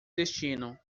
destino